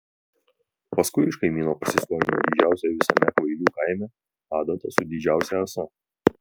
paskui iš kaimyno pasiskolino didžiausią visame kvailių kaime adatą su didžiausia ąsa